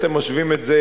אתם משווים את זה,